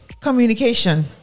Communication